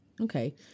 Okay